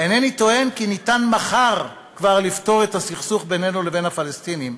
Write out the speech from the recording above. אינני טוען כי ניתן מחר כבר לפתור את הסכסוך בינינו לבין הפלסטינים,